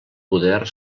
poder